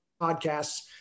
podcasts